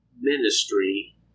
ministry